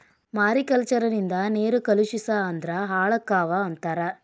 mariculture ನಿಂದ ನೇರು ಕಲುಷಿಸ ಅಂದ್ರ ಹಾಳಕ್ಕಾವ ಅಂತಾರ